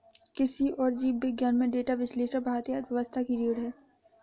कृषि और जीव विज्ञान में डेटा विश्लेषण भारतीय अर्थव्यवस्था की रीढ़ है